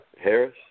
Harris